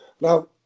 Now